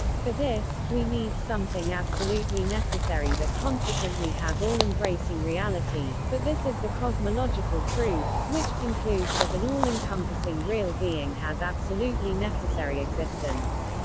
for this, we need something absolutely necessary that consequently has all-embracing reality, but this is the cosmological proof which concludes that an all-encompassing real being has absolutely necessary existence.